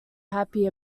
happy